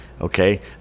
okay